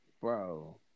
bro